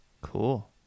Cool